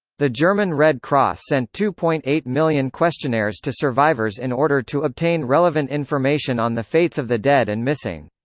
the german red cross sent two point eight million questionnaires to survivors in order to obtain relevant information on the fates of the dead and missing.